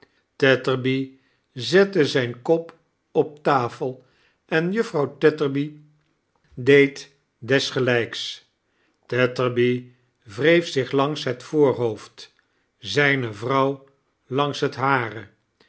zette zijn kop op tafel en juffrouw tetterby deed desgelijks tetterby wreef zich langs het voor hoofd zijne vrouw langs het hare